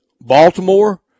Baltimore